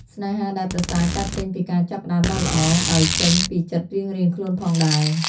ស្នេហាដែលប្រសើរកើតចេញពីការចាប់ផ្តើមដ៏ល្អ ដោយចេញពីចិត្តរៀងៗខ្លួនផងដែរ។